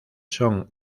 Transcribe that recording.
son